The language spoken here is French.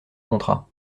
contrat